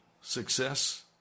success